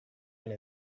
been